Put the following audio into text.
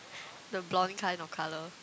the blonde kind of colour